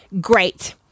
Great